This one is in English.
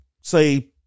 say